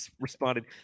responded